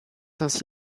ainsi